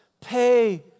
pay